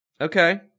okay